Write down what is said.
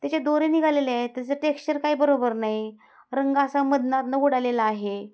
त्याचे दोरे निघालेले आहेत त्याचं टेक्चर काय बरोबर नाही रंग असा मधनअधनं उडालेला आहे